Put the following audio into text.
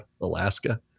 Alaska